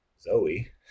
Zoe